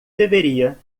deveria